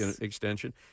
extension